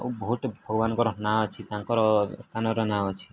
ଆଉ ବହୁତ ଭଗବାନଙ୍କର ନାଁ ଅଛି ତାଙ୍କର ସ୍ଥାନର ନାଁ ଅଛି